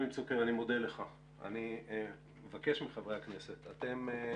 -- אני מרים להנחתה בכל פורום שהוא גם בוועדת משנה חוץ וביטחון,